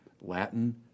Latin